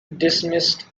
dismissed